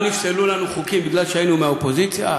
לא נפסלו לנו חוקים מפני שהיינו מהאופוזיציה,